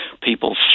people